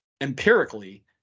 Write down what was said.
empirically